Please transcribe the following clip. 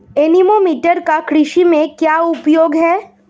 Anemometer का कृषि में क्या उपयोग है?